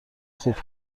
خوب